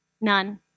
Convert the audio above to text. None